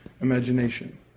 imagination